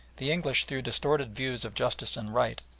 the english through distorted views of justice and right,